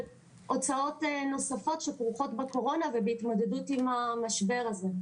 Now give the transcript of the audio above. הוצאות נוספות שכרוכות בקורונה ובהתמודדות עם המשבר הזה.